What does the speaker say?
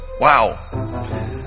wow